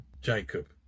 Jacob